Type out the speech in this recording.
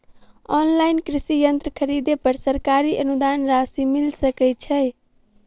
Online कृषि यंत्र खरीदे पर सरकारी अनुदान राशि मिल सकै छैय?